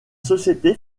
société